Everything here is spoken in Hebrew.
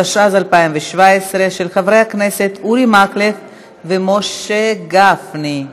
התשע"ז 2017, של חברי הכנסת אורי מקלב ומשה גפני.